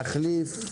להחליף,